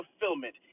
fulfillment